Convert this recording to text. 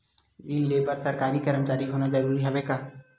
ऋण ले बर सरकारी कर्मचारी होना जरूरी हवय का?